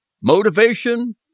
motivation